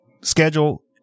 schedule